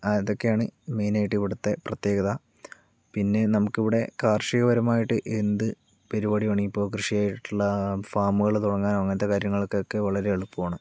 അതക്കെയാണ് മെയ്നായിട്ടും ഇവിടുത്തെ പ്രത്യേകത പിന്നെ നമുക്കിവിടെ കാർഷിക പരമായിട്ട് എന്ത് പരിപാടി വേണെൽ ഇപ്പോൾ കൃഷിയായിട്ടുള്ള ഫാമുകള് തുടങ്ങാനോ അങ്ങനത്തെ കാര്യങ്ങൾക്കൊക്കെ വളരെ എളുപ്പമാണ്